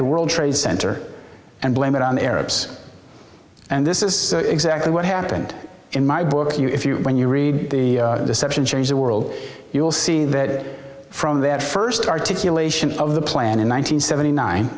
the world trade center and blame it on the arabs and this is exactly what happened in my book if you when you read the deception change the world you'll see that from that first articulation of the plan in one nine hundred seventy nine